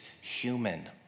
human